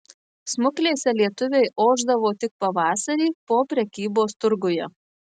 smuklėse lietuviai ošdavo tik pavasarį po prekybos turguje